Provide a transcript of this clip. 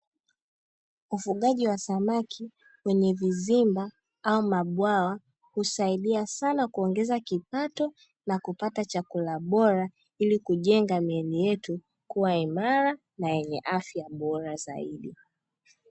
Ufugaji wa samaki kwenye vizimba ama bwawa, husaidia sana kuongeza kipato na kupata chakula bora ili kujenga miili yetu kuwa imara na yenye afya bora zaidi.